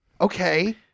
Okay